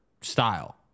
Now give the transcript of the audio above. style